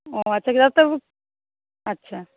ও আচ্ছা আচ্ছা